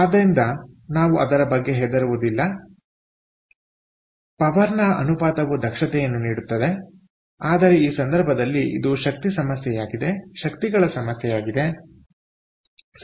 ಆದ್ದರಿಂದ ನಾವು ಅದರ ಬಗ್ಗೆ ಹೆದರುವುದಿಲ್ಲ ಆದ್ದರಿಂದ ಪವರ್ನ ಅನುಪಾತವು ದಕ್ಷತೆಯನ್ನು ನೀಡುತ್ತದೆ ಆದರೆ ಈ ಸಂದರ್ಭದಲ್ಲಿ ಇದು ಶಕ್ತಿಗಳ ಸಮಸ್ಯೆಯಾಗಿದೆ ಸರಿ ಅಲ್ಲವೇ